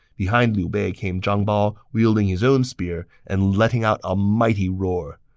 behind liu bei came zhang bao, wielding his own spear and letting out a mighty roar.